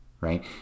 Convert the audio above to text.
right